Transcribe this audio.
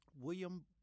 William